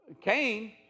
Cain